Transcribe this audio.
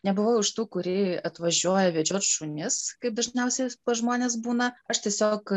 nebuvau iš tų kuri atvažiuoja vedžiot šunis kaip dažniausiai pas žmones būna aš tiesiog